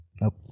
Nope